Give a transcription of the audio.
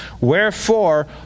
Wherefore